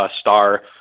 star